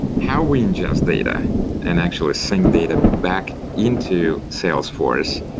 how we ingest data and actually sync data back into salesforce.